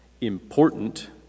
important